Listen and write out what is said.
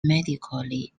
medically